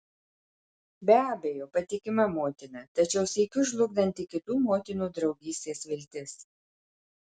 be abejo patikima motina tačiau sykiu žlugdanti kitų motinų draugystės viltis